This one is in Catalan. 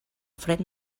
fred